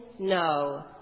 No